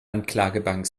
anklagebank